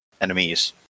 Enemies